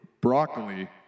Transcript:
broccoli